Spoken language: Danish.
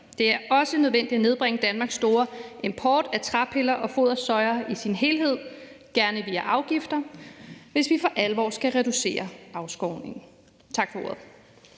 Det er også nødvendigt at nedbringe Danmarks store import af træpiller og fodersoja i sin helhed, gerne via afgifter, hvis vi for alvor skal reducere afskovningen.